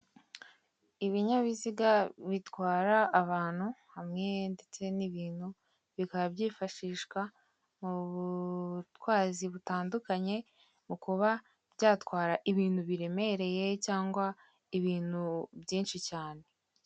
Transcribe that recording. Ibinyabiziga bitwara abantu hamwe ndetse n'ibintu, bikaba byifashishwa mu butwazi butandukanye, mu kuba byatwara ibintu biremereye, cyangwa ibintu byinshi cyane.